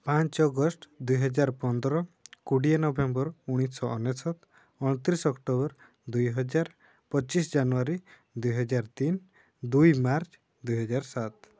ପାଞ୍ଚ ଅଗଷ୍ଟ ଦୁଇ ହଜାର ପନ୍ଦର କୋଡ଼ିଏ ନଭେମ୍ବର ଉଣିଶି ଅନେଶତ ଅଣତିରିଶ ଅକ୍ଟୋବର ଦୁଇ ହଜାର ପଚିଶ ଜାନୁଆରୀ ଦୁଇ ହଜାର ତିନ ଦୁଇ ମାର୍ଚ୍ଚ ଦୁଇ ହଜାର ସାତ